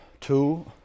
two